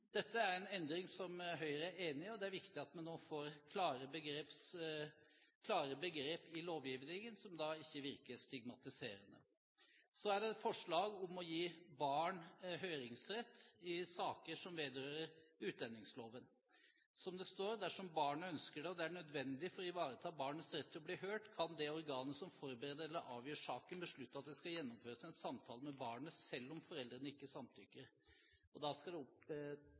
Dette er en endring som Høyre er enig i. Det er viktig at vi nå får klare begrep i lovgivningen som ikke virker stigmatiserende. Så er det forslaget om å gi barn høringsrett i saker som vedrører utlendingsloven. Som det står: «Dersom barnet ønsker det og det er nødvendig for å ivareta barnets rett til å bli hørt, kan det organet som forbereder eller avgjør saken, beslutte at det skal gjennomføres en samtale med barnet selv om foreldrene ikke samtykker.» I det tilfellet skal det